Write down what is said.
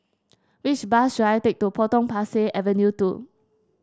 which bus should I take to Potong Pasir Avenue two